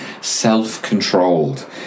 self-controlled